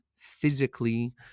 Physically